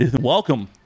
Welcome